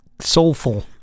soulful